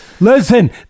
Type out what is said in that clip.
Listen